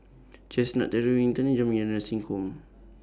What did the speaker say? Chestnut Jamiyah Nursing Home